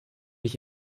ich